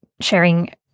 sharing